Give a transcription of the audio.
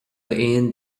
aon